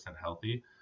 healthy